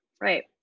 Right